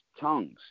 tongues